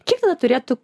kiek turėtų